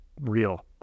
real